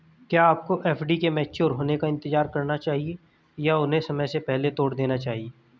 क्या आपको एफ.डी के मैच्योर होने का इंतज़ार करना चाहिए या उन्हें समय से पहले तोड़ देना चाहिए?